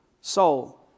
soul